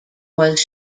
was